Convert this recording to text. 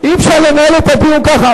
אי-אפשר לנהל את הדיון ככה,